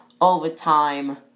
overtime